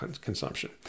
consumption